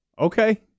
Okay